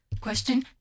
question